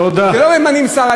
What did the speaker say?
תודה.